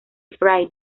fray